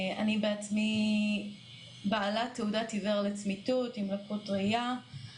אני בעצמי בעלת תעודת עיוור לצמיתות עם לקות ראייה.